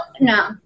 no